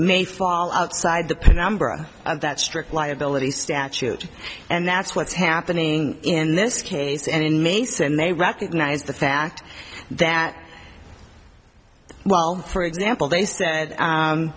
may fall outside the penumbra of that strict liability statute and that's what's happening in this case and in mason they recognize the fact that well for example they said